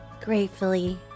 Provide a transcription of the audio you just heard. gratefully